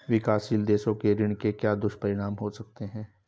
विकासशील देशों के ऋण के क्या दुष्परिणाम हो सकते हैं?